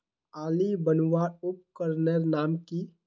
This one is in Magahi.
आली बनवार उपकरनेर नाम की?